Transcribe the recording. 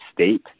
state